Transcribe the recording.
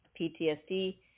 PTSD